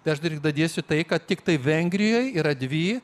tai aš ir dadėsiu tai kad tiktai vengrijoj yra dvi